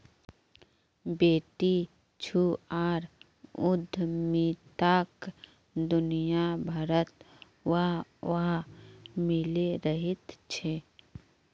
बेटीछुआर उद्यमिताक दुनियाभरत वाह वाह मिले रहिल छे